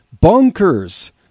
bunkers